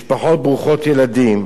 משפחות ברוכות ילדים,